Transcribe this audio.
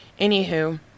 Anywho